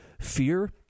fear